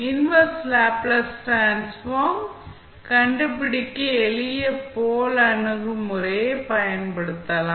inverse Laplace transform கண்டுபிடிக்க எளிய போல் அணுகுமுறையைப் பயன்படுத்தலாம்